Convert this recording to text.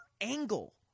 Angle